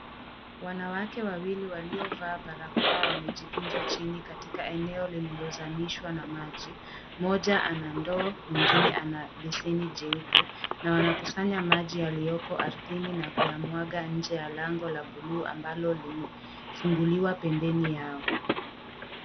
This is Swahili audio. Wanawake wawili walio vaa barakoa wamejikunja chini katika eneo lililozamishwa na maji. Moja ana ndoo, mwingine ana beseni jeupe na wanakusanya maji yaliyoko ardhini na kuyamwaga nje ya lango la buluu ambalo limefunguliwa pembeni yao.